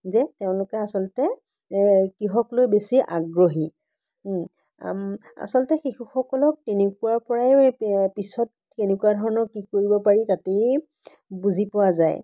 যে তেওঁলোকে আচলতে কিহক লৈ বেছি আগ্ৰহী আচলতে শিশুসকলক তেনেকুৱাৰ পৰাই পিছত কেনেকুৱা ধৰণৰ কি কৰিব পাৰি তাতেই বুজি পোৱা যায়